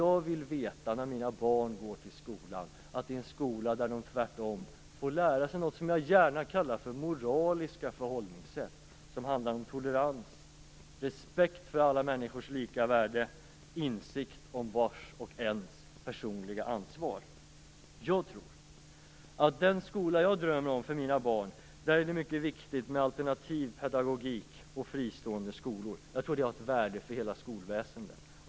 Jag vill veta när mina barn går till skolan att det är en skola där de tvärtom får lära sig någonting som jag gärna kallar för moraliskt förhållningssätt, som handlar om tolerans, respekt för alla människors lika värde, insikt om vars och ens personliga ansvar. Jag tror att den skola jag drömmer om för mina barn är en skola där det är viktigt med alternativ pedagogik och fristående skolor. Jag tror att det är av värde för hela skolväsendet.